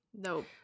No